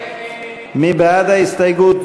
מי נגד הסתייגויות?